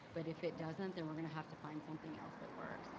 but if it doesn't then we're gonna have to find something else that works.